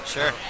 Sure